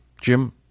jim